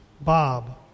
Bob